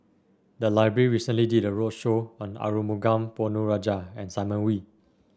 the library recently did a roadshow on Arumugam Ponnu Rajah and Simon Wee